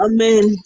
Amen